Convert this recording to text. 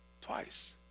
twice